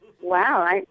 wow